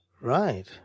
Right